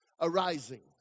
arising